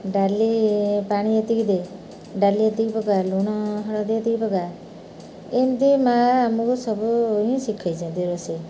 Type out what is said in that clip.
ଡାଲି ପାଣି ଏତିକି ଦେ ଡାଲି ଏତିକି ପକା ଲୁଣ ହଳଦି ଏତିକି ପକା ଏମିତି ମାଆ ଆମକୁ ସବୁ ହିଁ ଶିଖାଇଛନ୍ତି ରୋଷେଇ